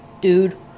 Dude